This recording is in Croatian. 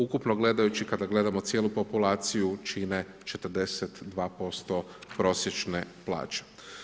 Ukupno gledajući kada gledamo cijelu populaciju čine 42% prosječne plaće.